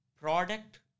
product